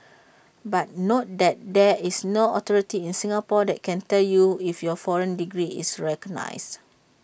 but note that there is no authority in Singapore that can tell you if your foreign degree is recognised